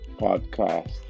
Podcast